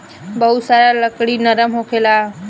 बहुत सारा लकड़ी नरम होखेला